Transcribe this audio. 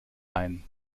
ein